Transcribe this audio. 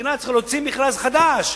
והמדינה צריכה להוציא מכרז חדש.